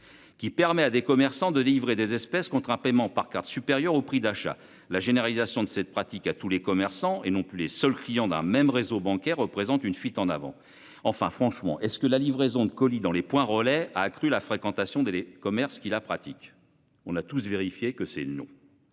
Qui permet à des commerçants de délivrer des espèces qu'on sera paiement par carte supérieur au prix d'achat, la généralisation de cette pratique à tous les commerçants et non plus les seuls clients d'un même réseau bancaire représente une fuite en avant. Enfin franchement, est-ce que la livraison de colis dans les points relais a accru la fréquentation des commerces qui la pratiquent. On a tous vérifier que c'est non.